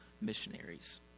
missionaries